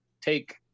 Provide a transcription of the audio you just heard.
take